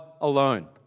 alone